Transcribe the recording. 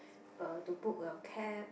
uh to book a cab